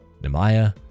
Nehemiah